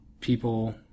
people